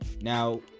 Now